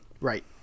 Right